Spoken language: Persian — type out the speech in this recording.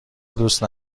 دوست